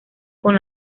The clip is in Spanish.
con